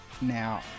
now